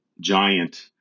giant